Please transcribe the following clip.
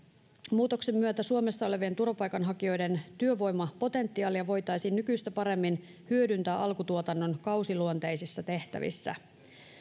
muutoksen myötä suomessa olevien turvapaikanhakijoiden työvoimapotentiaalia voitaisiin nykyistä paremmin hyödyntää alkutuotannon kausiluonteisissa tehtävissä